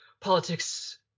politics